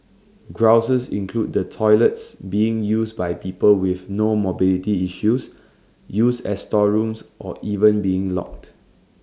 grouses include the toilets being used by people with no mobility issues used as storerooms or even being locked